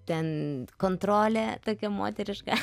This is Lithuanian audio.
ten kontrolė tokia moteriška